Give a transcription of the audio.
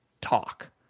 talk